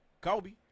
Kobe